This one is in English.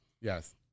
Yes